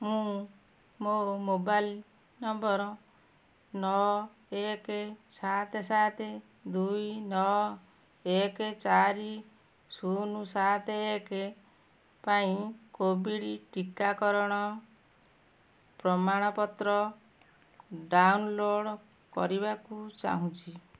ମୁଁ ମୋ mobile number ନଅ ଏକ ସାତ ସାତ ଦୁଇ ନଅ ଏକ ଚାରି ଶୂନ ସାତ ଏକ ପାଇଁ କୋଭିଡ଼୍ ଟିକାକରଣ ପ୍ରମାଣପତ୍ର ଡାଉନଲୋଡ଼୍ କରିବାକୁ ଚାହୁଁଛି